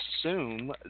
assume